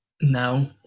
no